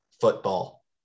football